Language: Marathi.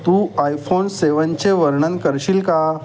तू आयफोन सेवनचे वर्णन करशील का